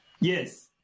Yes